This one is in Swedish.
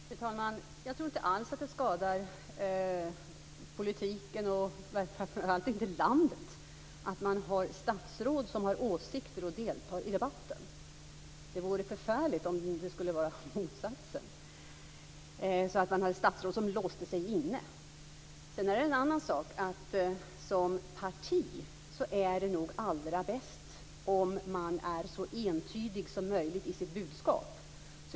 Fru talman! Jag tror inte alls att det skadar politiken, och framför allt inte landet, att det finns statsråd som har åsikter och deltar i debatten. Det vore förfärligt om det motsatta skulle råda, dvs. med statsråd som låser sig inne. Det är en annan sak att ett parti är så entydigt som möjligt i sitt budskap.